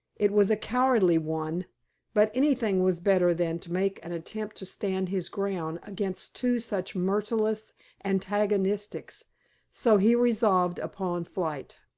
it was a cowardly one but anything was better than to make an attempt to stand his ground against two such merciless antagonists so he resolved upon flight.